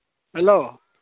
hello